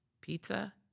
pizza